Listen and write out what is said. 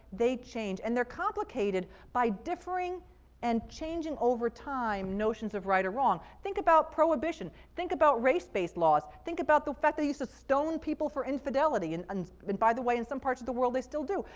they change, and they're complicated by differing and changing over time, notions of right or wrong. think about prohibition. think about race-based laws. think about the fact they used to stone people for infidelity, and and and by the way, in some parts of the world, they still do.